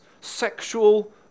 sexual